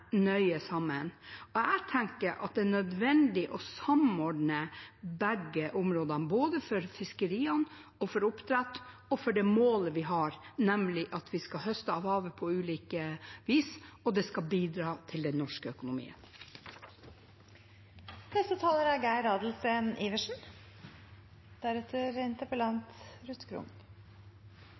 nøye sammen, og jeg tenker at det er nødvendig å samordne begge områdene, både for fiskeriene, for oppdrett og for det målet vi har, nemlig at vi skal høste av havet på ulike vis, og at det skal bidra til den norske økonomien. Ruth Grung